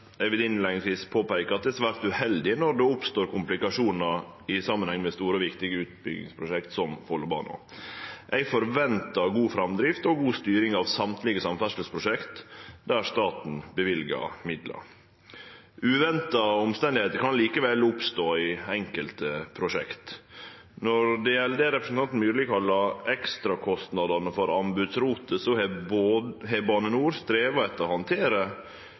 Eg vil innleiingsvis påpeike at det er svært uheldig når det oppstår komplikasjonar i samanheng med store og viktige utbyggingsprosjekt som Follobana. Eg forventar god framdrift og god styring av alle samferdselsprosjekt der staten løyver midlar. Uventa omstende kan likevel oppstå i enkelte prosjekt. Når det gjeld det representanten Myrli kallar «ekstrakostnadene for anbudsrotet», har Bane NOR streva etter å handtere